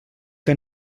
que